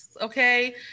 okay